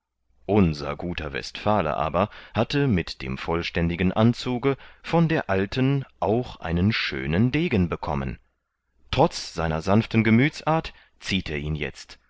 unser guter westfale aber hatte mit dem vollständigen anzuge von der alten auch einen schönen degen bekommen trotz seiner sanften gemüthsart zieht er ihn jetzt